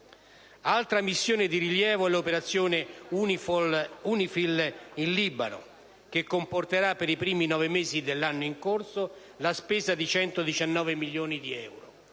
Altra missione di rilievo è l'operazione UNIFIL in Libano, che comporterà per i primi nove mesi dell'anno in corso una spesa di circa 119 milioni di euro.